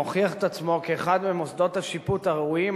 מוכיח את עצמו כאחד ממוסדות השיפוט הראויים,